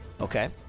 Okay